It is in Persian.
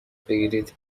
بگیرید